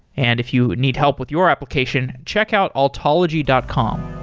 and if you need help with your application, check out altology dot com.